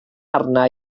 arna